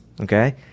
okay